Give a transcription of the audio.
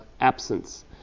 absence